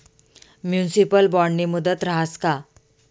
Municipal बॉन्डनी मुदत रहास का?